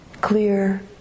clear